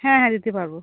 হ্যাঁ হ্যাঁ দিতে পারবো